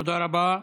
תודה רבה.